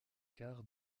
quart